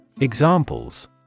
Examples